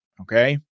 okay